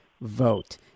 vote